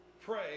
pray